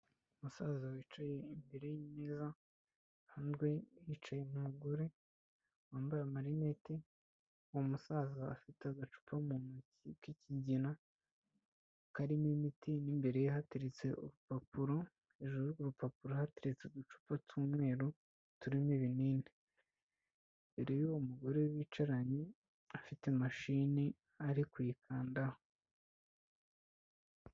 umusaza wicaye imbere y'imeza, hanze Hicaye umugore wambaye marineti uwo musaza afite agacupa mu ntoki k'ikigina karimo imiti n'imbere ye hateretse urupapuro hejuru hateretse uducupa tw'umweru turimo ibinini rero uwo mugore wicaranye afite imashini ari kuyakandaho.